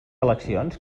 eleccions